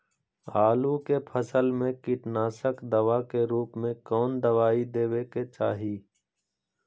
आलू के फसल में कीटनाशक दवा के रूप में कौन दवाई देवे के चाहि?